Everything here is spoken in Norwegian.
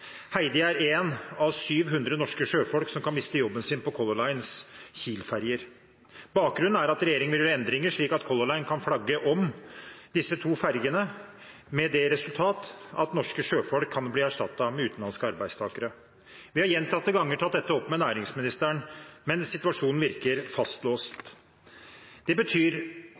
Heidi er en av 700 norske sjøfolk som kan miste jobben sin på Color Lines Kiel-ferger. Bakgrunnen er at regjeringen vil gjøre endringer slik at Color Line kan flagge om disse to fergene, med det resultat at norske sjøfolk kan bli erstattet med utenlandske arbeidstakere. Vi har gjentatte ganger tatt dette opp med næringsministeren, men situasjonen virker fastlåst. Det betyr